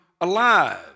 alive